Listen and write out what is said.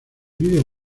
video